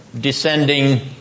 descending